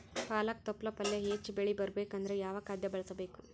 ಪಾಲಕ ತೊಪಲ ಪಲ್ಯ ಹೆಚ್ಚ ಬೆಳಿ ಬರಬೇಕು ಅಂದರ ಯಾವ ಖಾದ್ಯ ಬಳಸಬೇಕು?